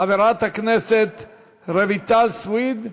חברת הכנסת רויטל סויד.